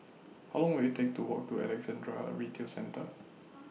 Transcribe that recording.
How Long Will IT Take to Walk to Alexandra Retail Centre